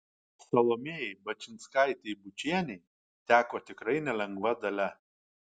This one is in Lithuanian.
salomėjai bačinskaitei bučienei teko tikrai nelengva dalia